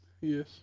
Yes